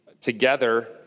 together